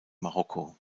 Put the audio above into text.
marokko